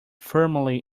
firmly